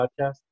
podcast